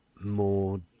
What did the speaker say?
more